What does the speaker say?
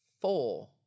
four –